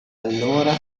allora